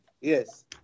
Yes